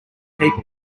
people